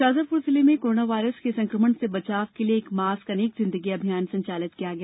षाजापुर जिले में corona virus के संक्रमण से बचाव के लिए एक मास्क अनेक जिंदगी अभियान संचालित किया गया